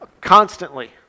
Constantly